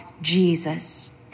Jesus